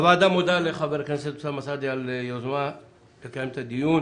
הוועדה מודה לחבר הכנסת אוסאמה סעדי על היוזמה לקיים את הדיון.